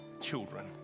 children